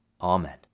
Amen